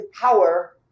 power